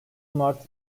mart